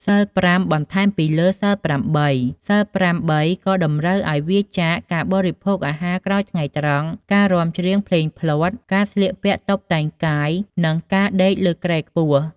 សីលប្រាំបី បន្ថែមពីលើសីលប្រាំ សីលប្រាំបីក៏តម្រូវឱ្យវៀរចាកពីការបរិភោគអាហារក្រោយថ្ងៃត្រង់ ការរាំច្រៀងភ្លេងភ្លាត់ ការស្លៀកពាក់តុបតែងកាយ និងការដេកលើគ្រែខ្ពស់។